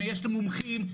יש מומחים,